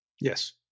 Yes